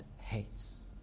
hates